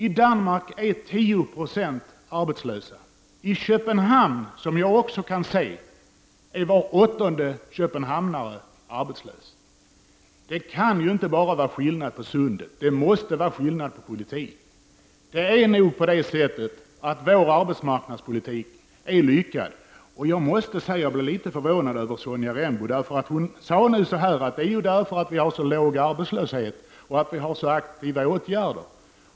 I Danmark är 10 96 av befolkningen arbetslös. I Köpenhamn är var åttonde person arbetslös. Det kan ju inte bara bero på sundet, det måste vara skillnad på politiken. Det är nog på det sättet att vår arbetsmarknadspolitik är lyckad. Jag blev därför litet förvånad över Sonja Rembo. Hon sade att den låga arbetslösheten berodde på att vi har så aktiva åtgärder.